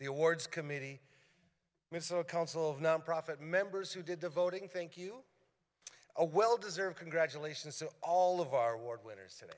the awards committee missile council of nonprofit members who did the voting thank you a well deserved congratulations to all of our work winners and